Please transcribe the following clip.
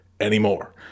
anymore